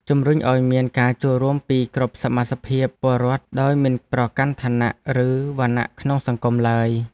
ជំរុញឱ្យមានការចូលរួមពីគ្រប់សមាសភាពពលរដ្ឋដោយមិនប្រកាន់ឋានៈ ឬវណ្ណៈក្នុងសង្គមឡើយ។